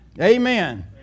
Amen